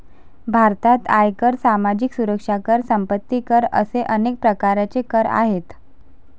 भारतात आयकर, सामाजिक सुरक्षा कर, संपत्ती कर असे अनेक प्रकारचे कर आहेत